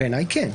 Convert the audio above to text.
בעיניי כן.